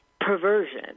perversion